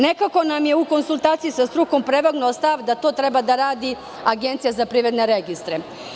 Nekako nam je u konsultaciji sa strukom prevagnuo stav da to treba da radi Agencija za privredne registre.